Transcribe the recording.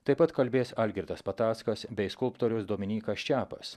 taip pat kalbės algirdas patackas bei skulptorius dominykas čiapas